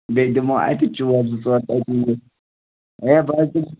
بیٚیہِ دِمہو اَتی چوب زٕ ژور ہے بہٕ حظ دِمہٕ